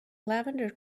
lavender